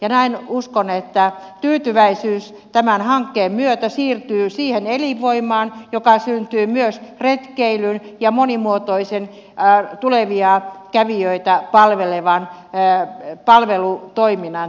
ja näin uskon että tyytyväisyys tämän hankkeen myötä siirtyy siihen elinvoimaan joka syntyy myös retkeilyn ja monimuotoisen tulevia kävijöitä palvelevan palvelutoiminnan kautta tälle alueelle